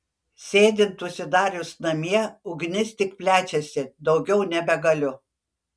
sėdint užsidarius namie ugnis tik plečiasi daugiau nebegaliu